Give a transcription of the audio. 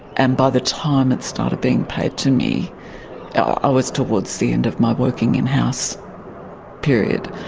and by the time it started being paid to me i was towards the end of my working in-house period.